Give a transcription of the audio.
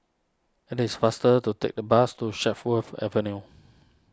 it is faster to take the bus to Chatsworth Avenue